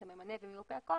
את הממנה ואת מיופה הכוח,